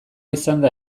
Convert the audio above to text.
izanda